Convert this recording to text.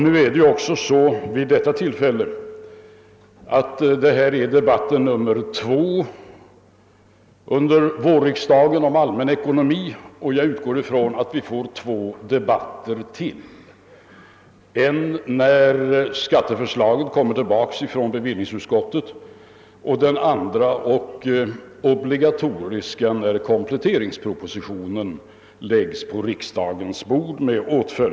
Nu är det också vid detta tillfälle så, att detta är debatten nummer två under vårriksdagen om allmän ekonomi, och jag utgår från att vi får två sådana debatter till, en när skatteförslaget kommer från bevillningsutskottet och den andra, den varje år obligatoriska, när utskottsutlåtandet i anledning av kompletteringspropositionen läggs på riksdagens bord.